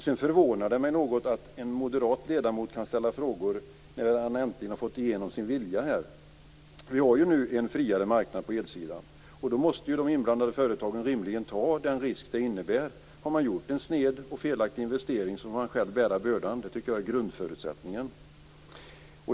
Sedan förvånar det mig något att en moderat ledamot kan ställa dessa frågor när han äntligen har fått sin vilja igenom här. Vi har nu en friare marknad på elsidan, och då måste ju de inblandade företagen rimligen ta den risk det innebär. Har man gjort en sned och felaktig investering får man själv bära bördan. Det tycker jag är grundförutsättningen.